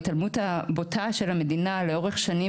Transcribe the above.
ההתעלמות הבוטה של המדינה לאורך שנים